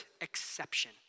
exception